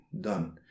done